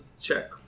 check